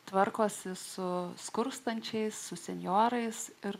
tvarkosi su skurstančiais su senjorais ir